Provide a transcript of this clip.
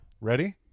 Ready